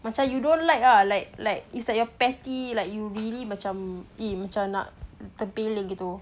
macam you don't like ah like like it's like you're petty like you really macam nak tempeleng gitu